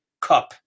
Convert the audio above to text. cup